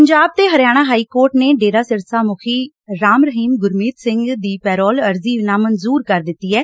ਪੰਜਾਬ ਤੇ Haryana high court ਨੇ ਡੇਰਾ ਸਿਰਸਾ ਮੁੱਖੀ ਰਾਮ ਰਹੀਮ ਸਿੰਘ ਦੀ ਪੈਰੋਲ ਅਰਜ਼ੀ ਨਾ ਮਨਜੁਰ ਕਰ ਦਿੱਤੀ ਐ